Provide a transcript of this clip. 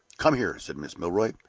come here, said mrs. milroy,